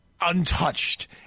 untouched